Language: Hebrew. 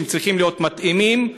שצריכים להיות מתאימים,